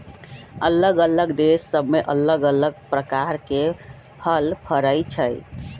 अल्लग अल्लग देश सभ में अल्लग अल्लग प्रकार के फल फरइ छइ